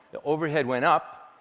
the overhead went up.